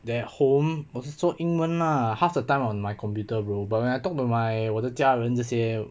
at home 我是说英文 lah half the time I'm on my computer bro but when I talk to my 我的家人这些